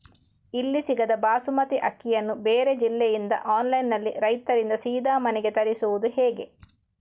ಇಲ್ಲಿ ಸಿಗದ ಬಾಸುಮತಿ ಅಕ್ಕಿಯನ್ನು ಬೇರೆ ಜಿಲ್ಲೆ ಇಂದ ಆನ್ಲೈನ್ನಲ್ಲಿ ರೈತರಿಂದ ಸೀದಾ ಮನೆಗೆ ತರಿಸುವುದು ಹೇಗೆ?